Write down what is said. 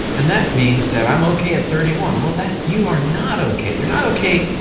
and that means that i'm okay at thirty one. well that, you are not okay. you're not okay,